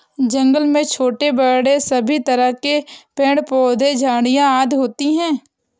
जंगल में छोटे बड़े सभी तरह के पेड़ पौधे झाड़ियां आदि होती हैं